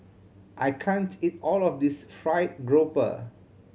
I can't eat all of this fried grouper